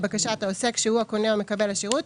לבקשת העוסק שהוא הקונה או מקבל השירות,